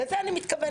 לזה אני מתכוונת.